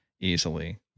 easily